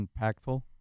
impactful